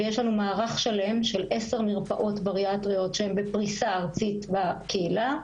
ויש לנו מערך שלם של עשר מרפאות בריאטריות שהן בפריסה ארצית בקהילה.